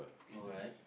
alright